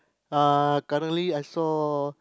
uh currently I saw